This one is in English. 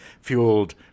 fueled